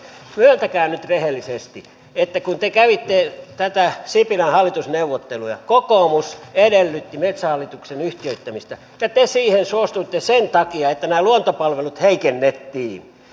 myöntäkää nyt rehellisesti että kun te kävitte näitä sipilän hallitusneuvotteluja kokoomus edellytti metsähallituksen yhtiöittämistä ja te siihen suostuitte sen takia että nämä luontopalvelut heikennettiin